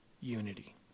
unity